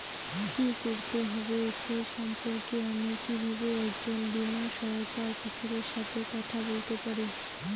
কী করতে হবে সে সম্পর্কে আমি কীভাবে একজন বীমা সহায়তা অফিসারের সাথে কথা বলতে পারি?